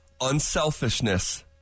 unselfishness